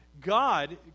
God